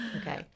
Okay